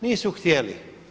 Nisu htjeli.